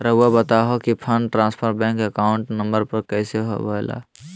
रहुआ बताहो कि fund transfer bank account number में कैसे होबेला?